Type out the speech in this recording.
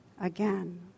again